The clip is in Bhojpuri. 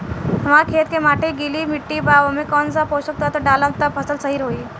हमार खेत के माटी गीली मिट्टी बा ओमे कौन सा पोशक तत्व डालम त फसल सही होई?